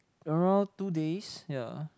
around two days yeah